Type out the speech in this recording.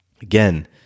Again